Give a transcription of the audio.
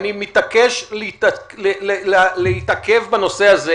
אני מתעקש להתעכב בנושא הזה.